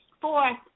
four